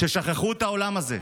ששכחו את העולם הזה,